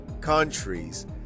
countries